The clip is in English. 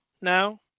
now